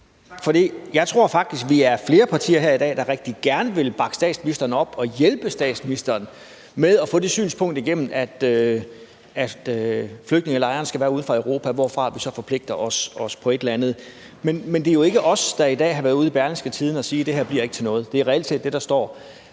Tak for det. Jeg tror faktisk, vi er flere partier her i dag, der rigtig gerne vil bakke statsministeren op og hjælpe statsministeren med at få det synspunkt igennem, at flygtningelejrene skal være uden for Europa, hvor vi så forpligter os på et eller andet. Men det er jo ikke os, der i dag har været ude i Berlingske at sige, at det her ikke bliver til noget. Det er reelt set det, der står.